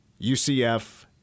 UCF